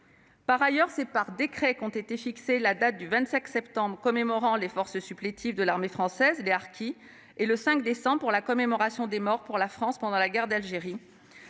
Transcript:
Par ailleurs, c'est par décret qu'ont été fixées la date du 25 septembre commémorant les forces supplétives de l'armée française, les harkis, et celle du 5 décembre pour la commémoration des morts pour la France pendant la guerre d'Algérie.